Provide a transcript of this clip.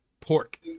pork